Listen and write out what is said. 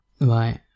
Right